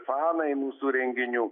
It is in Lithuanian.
fanai mūsų renginių